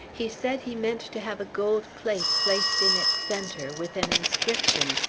he said he meant to have a gold plate placed in its centre, with an inscription,